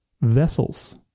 vessels